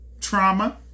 Trauma